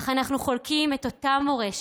אך אנחנו חולקים את אותה מורשת,